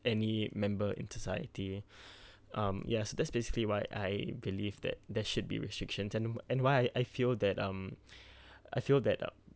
any member in society um yes that's basically why I believe that there should be restrictions and and why I feel that um I feel that um